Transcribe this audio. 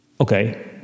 Okay